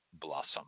blossom